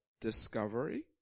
discovery